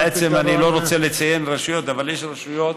אני לא רוצה לציין רשויות, אבל יש רשויות,